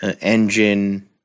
Engine